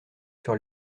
sur